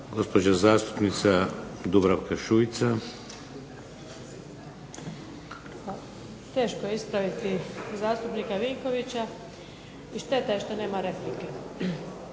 Šuica. **Šuica, Dubravka (HDZ)** Teško je ispraviti zastupnika Vinkovića i šteta je što nema replike.